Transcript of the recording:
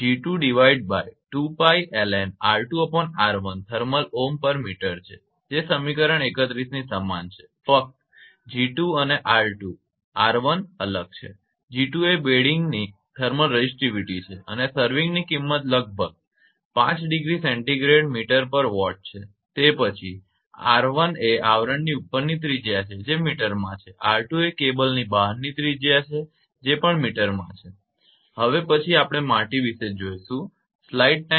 તેથી 𝐺𝑝 એ 𝑔22𝜋 ln𝑅2𝑅1 thermal ohmm છે જે સમીકરણ 31 ની સમાન છે ફક્ત 𝑔2 અને 𝑅2 𝑅1 અલગ છે 𝑔2 એ બેડિંગની થર્મલ રેઝિટિવિટી છે અને સરવિંગની કિંમત લગભગ 5 °C mtWatt છે તે પછી 𝑅1 એ આવરણની ઉપરની ત્રિજ્યા છે જે મીટરમાં છે અને 𝑅2 એ કેબલની બાહ્ય ત્રિજ્યા છે જે પણ મીટરમાં જ છે હવે પછી માટી વિશે જોઇએ